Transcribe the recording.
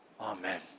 Amen